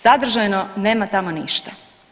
Sadržajno nema tamo ništa.